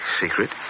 Secret